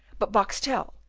but boxtel,